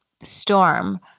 storm